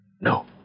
No